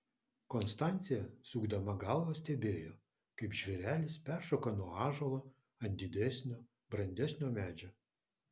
konstancija sukdama galvą stebėjo kaip žvėrelis peršoka nuo ąžuolo ant didesnio brandesnio medžio